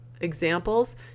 examples